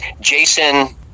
Jason